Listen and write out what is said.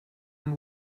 and